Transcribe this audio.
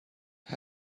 had